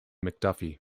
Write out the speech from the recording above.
mcduffie